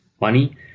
money